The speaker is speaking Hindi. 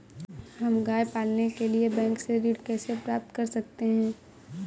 हम गाय पालने के लिए बैंक से ऋण कैसे प्राप्त कर सकते हैं?